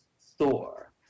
Thor